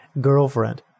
girlfriend